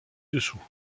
dessous